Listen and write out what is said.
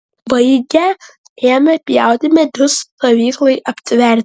baigę ėmė pjauti medžius stovyklai aptverti